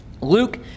Luke